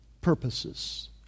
purposes